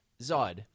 Zod